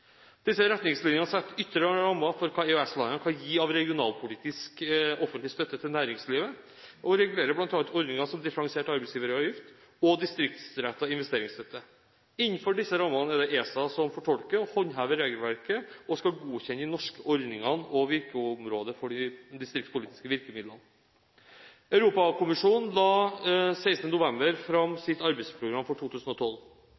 Disse retningslinjene setter ytre rammer for hva EØS-landene kan gi av regionalpolitisk offentlig støtte til næringslivet, og regulerer bl.a. ordninger som differensiert arbeidsgiveravgift og distriktsrettet investeringsstøtte. Innenfor disse rammene er det ESA som fortolker og håndhever regelverket og skal godkjenne de norske ordningene og virkeområdene for de distriktspolitiske virkemidlene. Europakommisjonen la 16. november